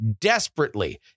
desperately